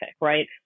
right